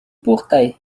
portail